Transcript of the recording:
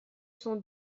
cent